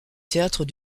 théâtre